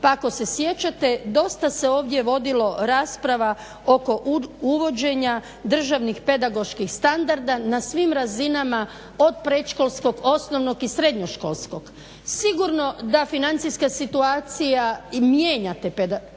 Pa ako se sjećate, dosta se ovdje vodilo rasprava oko uvođenja državnih pedagoških standarda na svim razinama, od predškolskog, osnovnog i srednjoškolskog. Sigurno da financijska situacija i mijenja te pedagoške